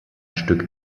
stück